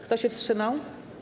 Kto się wstrzymał?